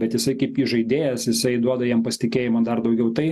bet jisai kaip įžaidėjas jisai duoda jiem pasitikėjimo dar daugiau tai